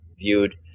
viewed